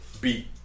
beat